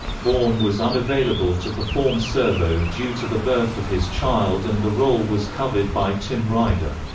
vaughan was unavailable to perform servo due to the birth of his child and the role was covered by tim ryder.